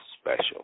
special